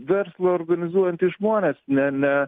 verslo organizuojantys žmonės ne ne